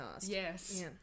Yes